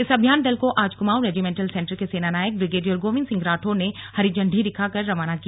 इस अभियान दल को आज कुमाऊं रेजिमेन्टल सेन्टर के सेनानायक ब्रिगेडियर गोविंद सिंह राठौर ने हरी झंडी दिखाकर रवाना किया